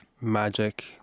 magic